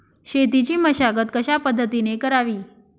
शेतीची मशागत कशापद्धतीने करावी?